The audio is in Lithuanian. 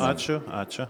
ačiū ačiū